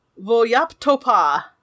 Voyaptopa